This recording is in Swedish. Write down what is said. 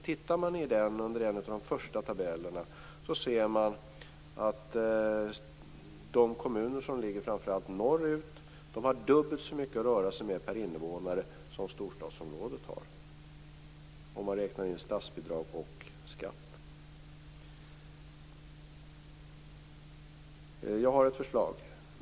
Tittar man i den ser man i en av de första tabellerna att de kommuner som ligger framför allt norrut har dubbelt så mycket att röra sig med per invånare som kommunerna i storstadsområdena, om man räknar in statsbidrag och skatt. Jag har ett förslag.